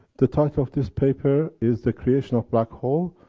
the title of this paper, is, the creation of black holes